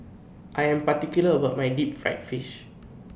I Am particular about My Deep Fried Fish